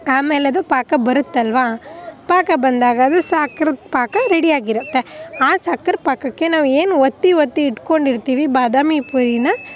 ಆಮೇಲೆ ಅದು ಪಾಕ ಬರುತ್ತಲ್ವ ಪಾಕ ಬಂದಾಗ ಅದು ಸಕ್ರೇದು ಪಾಕ ರೆಡಿಯಾಗಿರುತ್ತೆ ಆ ಸಕ್ರೆ ಪಾಕಕ್ಕೆ ನಾವು ಏನು ಒತ್ತಿ ಒತ್ತಿ ಇಟ್ಕೊಂಡಿರ್ತೀವಿ ಬಾದಾಮಿ ಪುರಿನ